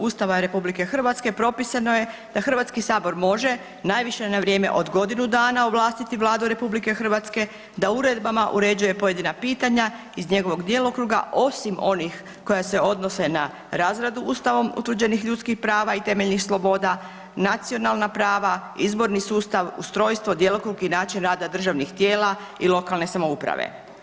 Ustava Republike Hrvatske propisano je da Hrvatski sabor može najviše na vrijeme od godinu dana ovlastiti Vladu Republike Hrvatske da uredbama uređuje pojedina pitanja iz njegovog djelokruga osim onih koja se odnosi na razradu ustavom utvrđenih ljudskih prava i temeljnih sloboda, nacionalna prava, izborni sustav, ustrojstvo, djelokrug i način rada državnih tijela i lokalne samouprave.